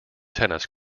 tennis